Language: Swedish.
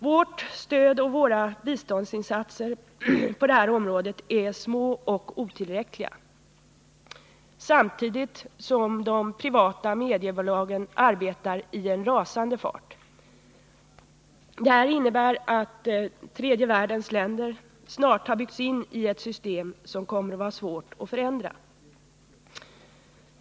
Vårt stöd och våra biståndsinsatser på detta område är små och otillräckliga samtidigt som de privata mediabolagen arbetar i en rasande fart. Det innebär att tredje världens länder snart har byggts in i ett system som kommer att vara svårt att förändra.